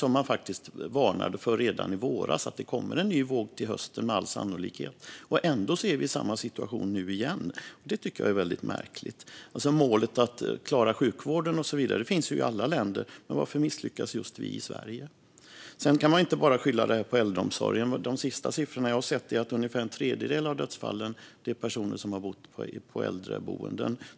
Man varnade faktiskt redan i våras för att det med all sannolikhet kommer en ny våg till hösten, och ändå är vi i samma situation nu igen. Det tycker jag är väldigt märkligt. Målet att klara sjukvården och så vidare finns ju i alla länder, men varför misslyckas just vi i Sverige? Sedan kan man ju inte bara skylla detta på äldreomsorgen. Enligt de senaste siffrorna jag har sett utgörs ungefär en tredjedel av dödsfallen av personer som har bott på äldreboenden.